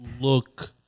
look